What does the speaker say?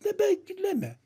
nebe giliame